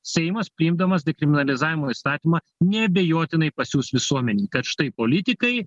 seimas priimdamas dekriminalizavimo įstatymą neabejotinai pasiųs visuomenei kad štai politikai